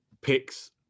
picks